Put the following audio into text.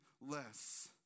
less